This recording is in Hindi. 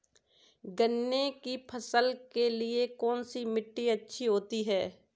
गन्ने की फसल के लिए कौनसी मिट्टी अच्छी होती है?